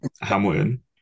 Hamilton